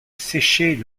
sécher